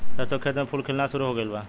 सरसों के खेत में फूल खिलना शुरू हो गइल बा